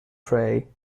pray